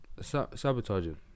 sabotaging